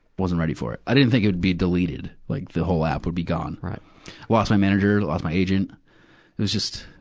wasn't ready for it. i didn't think it would be deleted, like the whole app would be gone. lost my manager, lost my agent. it was just,